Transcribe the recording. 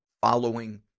following